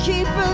Keep